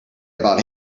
about